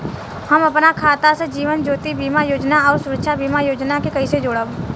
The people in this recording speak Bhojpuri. हम अपना खाता से जीवन ज्योति बीमा योजना आउर सुरक्षा बीमा योजना के कैसे जोड़म?